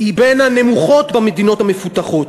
היא בין הנמוכות במדינות המפותחות.